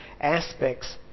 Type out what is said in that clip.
aspects